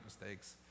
mistakes